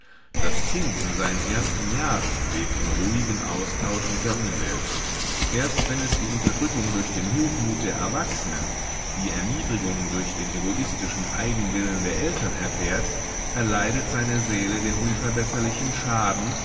das kind in seinen ersten jahren lebt im ruhigen austausch mit der umwelt erst wenn es die unterdrückung durch den hochmut der erwachsenen die erniedrigung durch den egoistischen eigenwillen der eltern erfährt erleidet seine seele den unverbesserlichen schaden